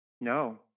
No